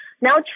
now